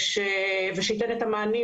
ושייתן את המענים